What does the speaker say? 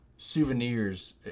souvenirs